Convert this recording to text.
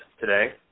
today